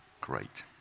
Great